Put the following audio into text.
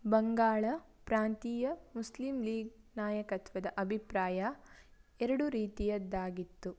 ಬಂಗಾಳ ಪ್ರಾಂತೀಯ Muslim League ನಾಯಕತ್ವದ ಅಭಿಪ್ರಾಯ ಎರಡು ರೀತಿಯದ್ದಾಗಿತ್ತು